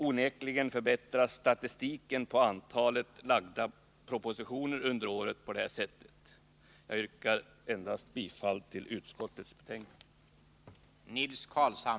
Onekligen förbättras på detta sätt statistiken över antalet under året framlagda propositioner. Herr talman! Jag yrkar bifall till utskottets hemställan.